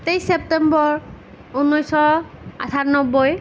তেইছ ছেপ্টেম্বৰ ঊনৈচশ আঠানব্বৈ